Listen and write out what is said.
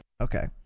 Okay